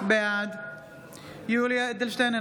בעד יולי יואל אדלשטיין,